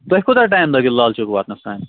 تۄہہِ کوٗتاہ ٹایِم لَگوٕ لال چوک واتنَس تانۍ